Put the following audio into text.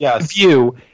view